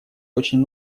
очень